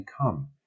come